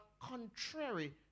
contrary